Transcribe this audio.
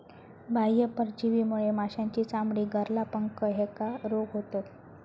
बाह्य परजीवीमुळे माशांची चामडी, गरला, पंख ह्येका रोग होतत